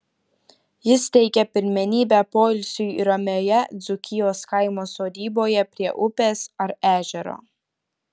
jis teikia pirmenybę poilsiui ramioje dzūkijos kaimo sodyboje prie upės ar ežero